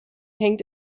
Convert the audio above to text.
hängt